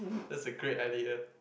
that's a great idea